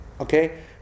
Okay